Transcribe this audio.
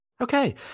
Okay